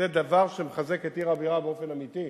זה דבר שמחזק את עיר הבירה באופן אמיתי,